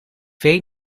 weet